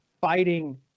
fighting